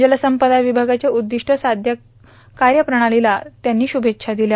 जलसंपदा विभागाच्या उद्दिष्ट साध्य कार्यप्रणालीला त्यांनी श्रुमेच्छा दिल्या